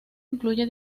incluye